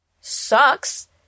sucks